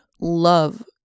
love